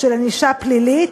של ענישה פלילית,